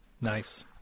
Nice